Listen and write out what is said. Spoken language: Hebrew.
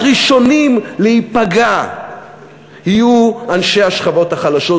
הראשונים להיפגע יהיו אנשי השכבות החלשות,